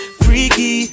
freaky